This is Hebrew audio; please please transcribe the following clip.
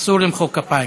אסור למחוא כפיים.